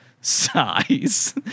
size